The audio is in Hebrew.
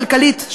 כלכלית,